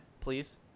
Please